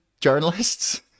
journalists